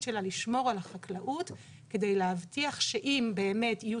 שלה לשמור על החקלאות כדי להבטיח שאם באמת יהיו